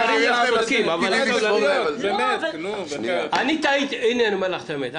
--- הנה, אני אומר לך את האמת.